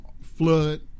flood